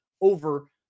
over